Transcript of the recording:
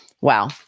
Wow